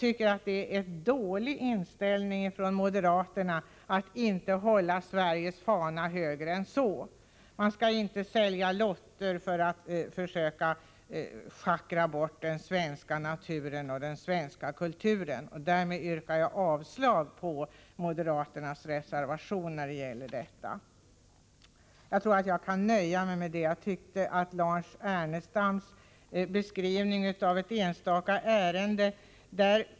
Det är svagt av moderaterna att inte hålla Sveriges fana högre än så. Vi skall inte schackra bort den svenska naturen och kulturen och ersätta sådana värden med lottförsäljning. Därmed yrkar jag avslag på moderaternas reservation i det avseendet. Lars Ernestam beskrev ett enskilt ärende.